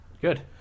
Good